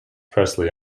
presley